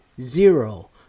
Zero